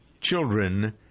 children